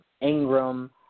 Ingram